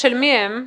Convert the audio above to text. של מי האפליקציות?